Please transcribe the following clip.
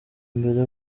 mbere